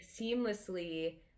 seamlessly